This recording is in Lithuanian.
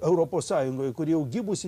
europos sąjungoj kuri gimusi